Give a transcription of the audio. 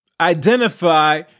Identify